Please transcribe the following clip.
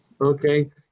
okay